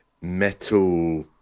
metal